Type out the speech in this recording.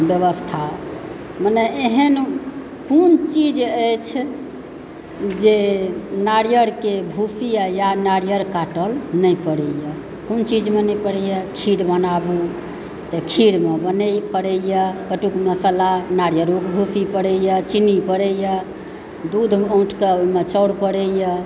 व्यवस्था मने एहन कोन चीज़ अछि जे नारियरके भूसी या नारियर काटल नहि पड़ैया कोन चीजमे नहि पड़ैया खीर बनाबू तऽ खीरमे पड़ैया कट्टूके मसल्ला नारियरोके भूसी पड़ैया चीनी पड़ैया दूधमे औटि कऽ ओहिमे चाउर पड़ैया